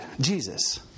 Jesus